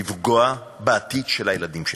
לפגוע בעתיד של הילדים שלנו?